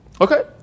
Okay